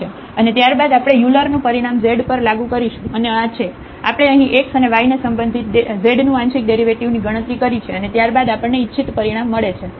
અને ત્યારબાદ આપણે યુલરનું Euler's પરિણામ z પર લાગુ કરીશું અને આ છે આપણે અહીં x અને y ને સંબંધિત z નું આંશિક ડેરિવેટિવ ની ગણતરી કરી છે અને ત્યારબાદ આપણને ઇચ્છિત પરિણામ મળે છે